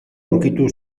aurkitu